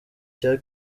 cya